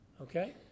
Okay